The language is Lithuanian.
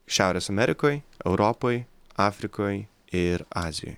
šiaurės amerikoj europoj afrikoj ir azijoj